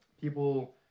people